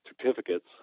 certificates